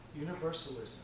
universalism